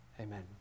Amen